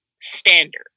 standard